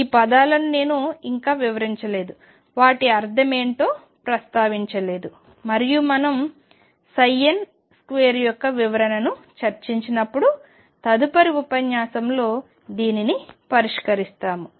ఈ పదాలను నేను ఇంకా వివరించలేదు వాటి అర్థం ఏమిటో ప్రస్తావించలేదు మరియు మనం n స్క్వేర్ యొక్క వివరణను చర్చించినప్పుడు తదుపరి ఉపన్యాసంలో దీనిని పరిష్కరిస్తాము